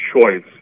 choice